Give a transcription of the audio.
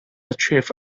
achieved